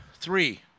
three